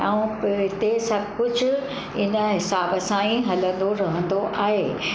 ऐं हिते सभु कुझु इन हिसाब सां ई हलंदो रहंदो आहे